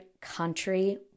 country